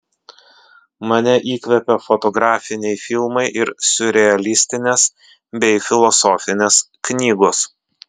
mane įkvepia fotografiniai filmai ir siurrealistinės bei filosofinės knygos